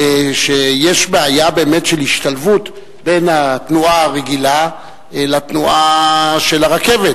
ויש באמת בעיה של השתלבות בין התנועה הרגילה לתנועה של הרכבת,